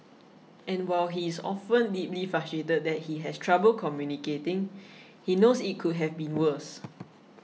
and while he is often deeply frustrated that he has trouble communicating he knows it could have been worse